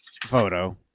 photo